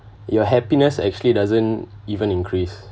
your happiness actually doesn't even increase